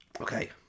Okay